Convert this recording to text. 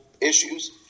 issues